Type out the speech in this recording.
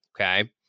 Okay